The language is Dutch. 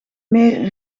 meer